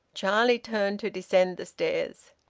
charlie turned to descend the stairs.